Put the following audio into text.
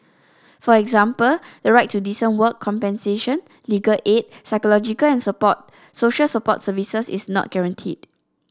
for example the right to decent work compensation legal aid psychological and support social support services is not guaranteed